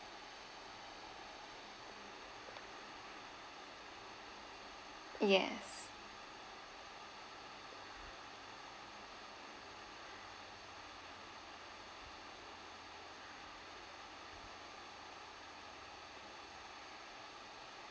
yes